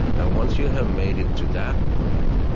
now once you have made it to that point,